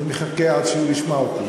אני מחכה עד שהוא ישמע אותי,